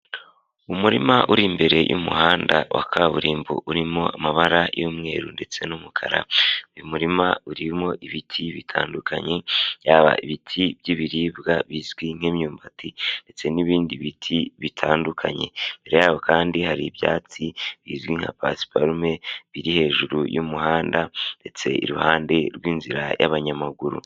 Umurima uri imbere y'umuhanda wa kaburimbo urimo amabara y'umweru ndetse n'umukara, uyu murima urimo ibiti bitandukanye, yaba ibiti by'ibiribwa bizwi nk'imyumbati, ndetse n'ibindi biti bitandukanye. Imbere yaho kandi hari ibyatsi bizwi nka pasuparume biri hejuru y'umuhanda, ndetse iruhande rw'inzira y'abanyamaguru.